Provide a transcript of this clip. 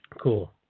Cool